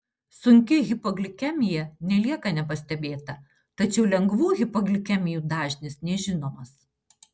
sunki hipoglikemija nelieka nepastebėta tačiau lengvų hipoglikemijų dažnis nežinomas